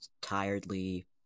tiredly